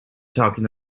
talking